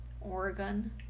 Oregon